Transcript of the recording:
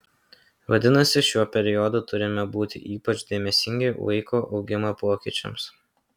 vadinasi šiuo periodu turime būti ypač dėmesingi vaiko augimo pokyčiams